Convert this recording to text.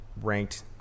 ranked